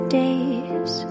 days